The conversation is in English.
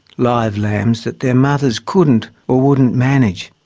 live lambs that their mothers couldn't or wouldn't manage.